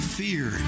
fear